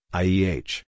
ieh